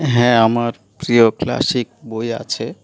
হ্যাঁ আমার প্রিয় ক্লাসিক বই আছে